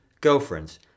girlfriends